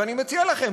ואני מציע לכם,